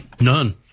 None